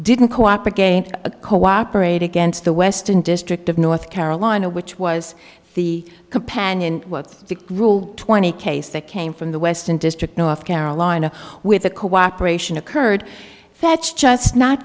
didn't cooperate gain a cooperate against the west and destroy of north carolina which was the companion what's the rule twenty case that came from the western district north carolina with the cooperation occurred that's just not